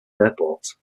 airports